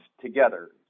together